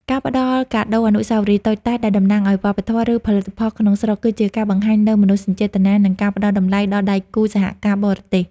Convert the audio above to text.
ការផ្តល់កាដូអនុស្សាវរីយ៍តូចតាចដែលតំណាងឱ្យវប្បធម៌ ឬផលិតផលក្នុងស្រុក គឺជាការបង្ហាញនូវមនោសញ្ចេតនា និងការផ្តល់តម្លៃដល់ដៃគូសហការបរទេស។